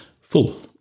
full